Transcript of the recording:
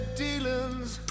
dealings